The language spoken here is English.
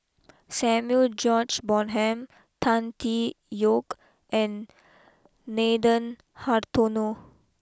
Samuel George Bonham Tan Tee Yoke and Nathan Hartono